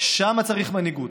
שם צריך מנהיגות.